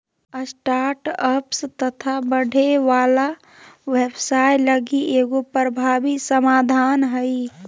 startups तथा बढ़े वाला व्यवसाय लगी एगो प्रभावी समाधान हइ